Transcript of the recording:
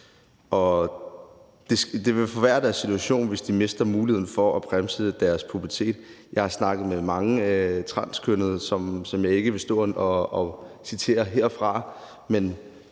Det vil forværre deres situation, hvis de mister muligheden for at bremse deres pubertet. Jeg har snakket med mangetranskønnede, som jeg ikke vil stå og citere her.